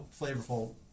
flavorful